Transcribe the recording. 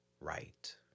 right